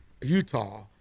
Utah